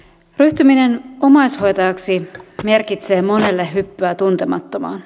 ryhtyminen omaishoitajaksi merkitsee monelle hyppyä tuntemattomaan